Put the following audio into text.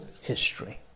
history